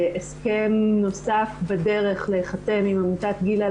הסכם נוסף בדרך להיחתם עם עמותת גיל"ה,